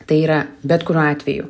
tai yra bet kuriuo atveju